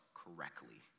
correctly